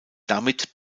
damit